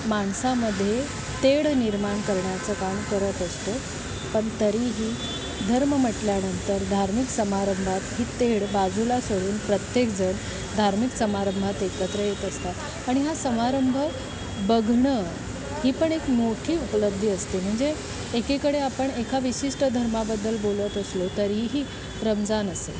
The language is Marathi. माणसामध्ये तेढ निर्माण करण्याचं काम करत असतो पण तरीही धर्म म्हटल्यानंतर धार्मिक समारंभात ही तेढ बाजूला सोडून प्रत्येकजण धार्मिक समारंभात एकत्र येत असतात आणि हा समारंभ बघणं ही पण एक मोठी उपलब्धी असते म्हणजे एकीकडे आपण एका विशिष्ट धर्माबद्दल बोलत असलो तरीही रमजान असेल